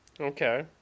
Okay